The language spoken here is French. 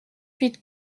huit